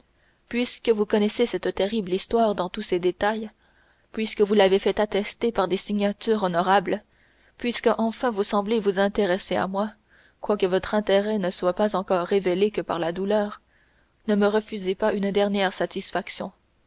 puisque vous connaissez cette terrible histoire dans tous ses détails puisque vous l'avez fait attester par des signatures honorables puisque enfin vous semblez vous intéresser à moi quoique votre intérêt ne se soit encore révélé que par la douleur ne me refusez pas une dernière satisfaction